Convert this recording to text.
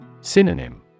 Synonym